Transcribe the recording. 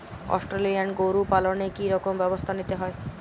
Australian গরু পালনে কি রকম ব্যবস্থা নিতে হয়?